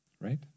Right